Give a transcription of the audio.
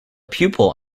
pupil